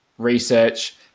research